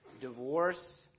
divorce